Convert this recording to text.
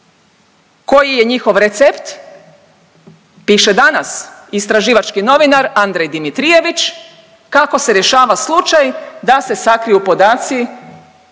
Koji je njihov recept piše danas istraživački novinar Andrej Dimitrijević kako se rješava slučaj da se sakriju podaci